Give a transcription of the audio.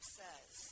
says